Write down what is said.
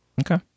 okay